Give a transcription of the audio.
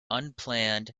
unplanned